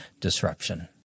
disruption